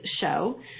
show